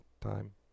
time